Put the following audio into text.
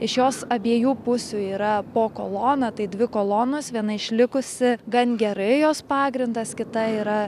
iš jos abiejų pusių yra po koloną tai dvi kolonos viena išlikusi gan gerai jos pagrindas kita yra